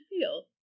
feel